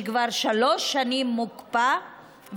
שכבר שלוש שנים מוקפא,